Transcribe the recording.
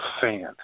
fan